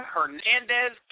Hernandez